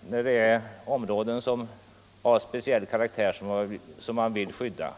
när det gäller områden av speciell karaktär, som naturvårdslagen man vill skydda.